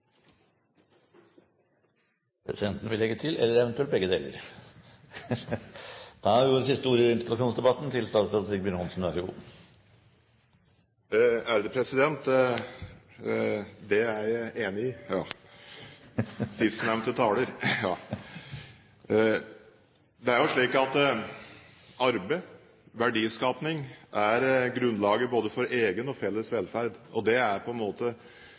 Presidenten vil legge til: eller eventuelt begge deler! Det er jeg enig med sistnevnte taler i. Det er jo slik at arbeid, verdiskaping, er grunnlaget både for egen og felles velferd. De som vil foreta et mer inngående studium av norsk sosialdemokrati og norsk arbeiderbevegelse, vil se at det er en